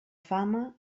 fama